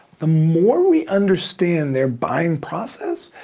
the more we understand their buying process,